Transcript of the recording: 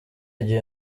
gihe